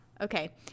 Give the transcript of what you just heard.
Okay